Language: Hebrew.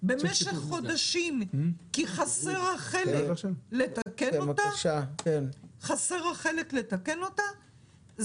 במשך חודשים כי חסר החלק הדרוש כדי לתקן אותה.